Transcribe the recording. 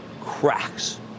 Cracks